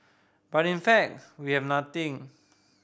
but in fact we have nothing